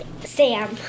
Sam